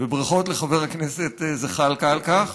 וברכות לחבר הכנסת זחאלקה על כך.